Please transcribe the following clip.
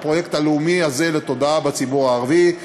לתודעה בציבור הערבי,